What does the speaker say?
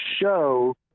show